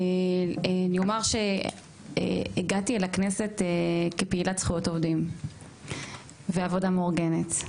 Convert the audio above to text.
אני אומר שהגעתי אל הכנסת כפעילת זכויות עובדים ועבודה מאורגנת.